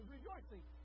rejoicing